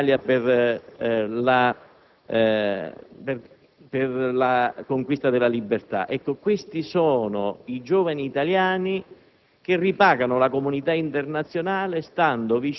animò tanti giovani in Italia per la conquista della libertà. Ecco, questi sono i giovani italiani